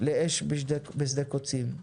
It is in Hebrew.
לאש בשדה קוצים.